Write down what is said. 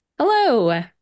hello